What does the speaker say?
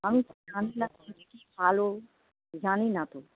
আমি জানি না তো কি ভালো জানি না তো